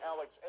Alex